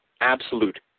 absolute